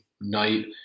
night